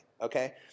okay